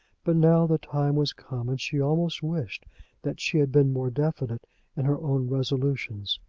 but now the time was come, and she almost wished that she had been more definite in her own resolutions.